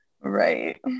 Right